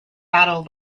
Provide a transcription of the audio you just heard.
battle